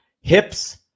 hips